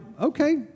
okay